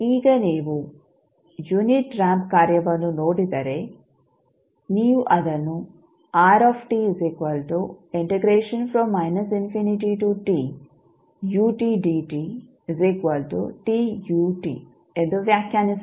ಈಗ ನೀವು unit ramp ಕಾರ್ಯವನ್ನು ನೋಡಿದರೆ ನೀವು ಅದನ್ನು ಎಂದು ವ್ಯಾಖ್ಯಾನಿಸಬಹುದು